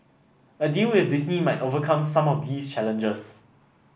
a deal with Disney might overcome some of these challenges